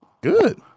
Good